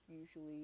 usually